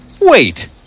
Wait